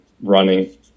running